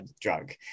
drug